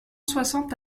soixante